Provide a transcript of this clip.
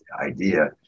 idea